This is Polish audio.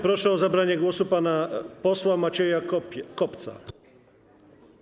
Proszę o zabranie głosu pana posła Macieja Kopca.